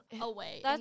away